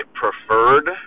preferred